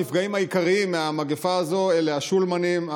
הנפגעים העיקריים מהמגפה הזאת הם השולמנים,